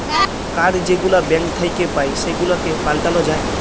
card যেগুলা bank থ্যাইকে পাই সেগুলাকে পাল্টাল যায়